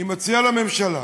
אני מציע לממשלה